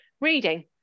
reading